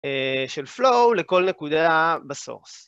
של Flow לכל נקודה בsource.